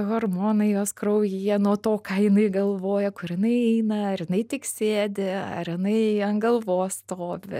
hormonai jos kraujyje nuo to ką jinai galvoja kur jinai eina ar jinai tik sėdi ar jinai ant galvos stovi